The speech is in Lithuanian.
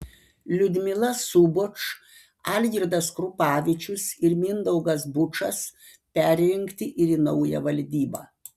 liudmila suboč algirdas krupavičius ir mindaugas bučas perrinkti ir į naują valdybą